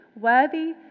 worthy